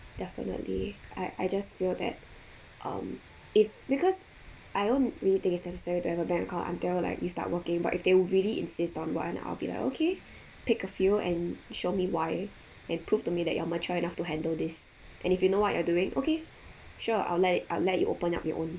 definitely I I just feel that um if because I don't really think it's necessary to have a bank account until like you start working but if they really insist on one I'll be like okay pick a few and show me why and prove to me that you are mature enough to handle this and if you know what you're doing okay sure I'll let I'll let you open up your own